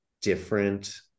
different